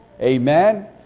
amen